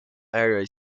area